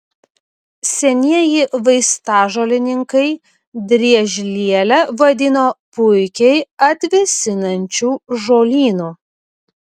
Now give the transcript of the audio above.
senieji vaistažolininkai driežlielę vadino puikiai atvėsinančiu žolynu